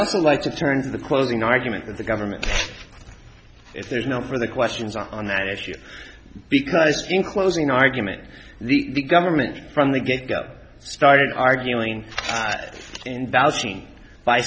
also like to turn to the closing argument that the government if there's no for the questions on that issue because in closing argument the government from the get go started arguing and